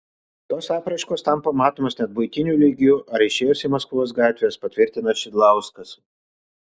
tos apraiškos tampa matomos net buitiniu lygiu ar išėjus į maskvos gatves patvirtina šidlauskas